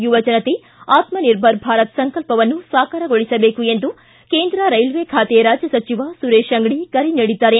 ಯುವಜನತೆ ಆತ್ಮನಿರ್ಭರ ಭಾರತ ಸಂಕಲ್ಪವನ್ನು ಸಾಕಾರಗೊಳಿಸಬೇಕು ಎಂದು ಕೇಂದ್ರ ರೈಲ್ವೆ ಖಾತೆ ರಾಜ್ಯ ಸಚಿವ ಸುರೇಶ ಅಂಗಡಿ ಕರೆ ನೀಡಿದ್ದಾರೆ